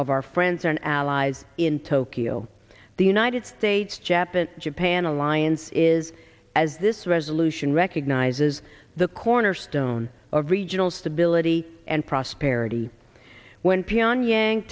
of our friends and allies in tokyo the united states japanese japan alliance is as this resolution recognizes the cornerstone of regional stability and prosperity when p r nyan